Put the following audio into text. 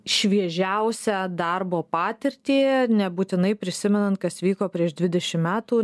šviežiausią darbo patirtį nebūtinai prisimenant kas vyko prieš dvidešim metų